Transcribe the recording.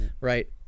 right